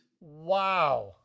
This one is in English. Wow